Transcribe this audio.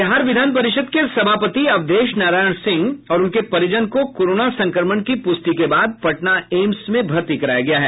बिहार विधान परिषद के सभापति अवधेश नारायण सिंह और उनके परिजन को कोरोना संक्रमण की पुष्टि के बाद पटना एम्स में भर्ती कराया गया है